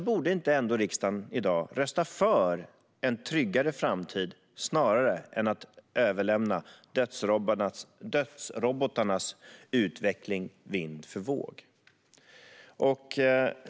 Borde inte riksdagen i dag ändå rösta för en tryggare framtid snarare än att lämna dödsrobotarnas utveckling vind för våg?